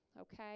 okay